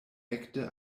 ekde